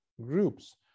groups